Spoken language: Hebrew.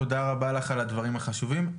תודה רבה לך על הדברים החשובים.